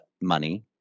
money